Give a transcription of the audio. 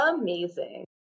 amazing